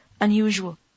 unusual